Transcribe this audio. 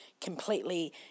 completely